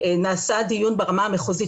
נעשה דיון ברמה המחוזית,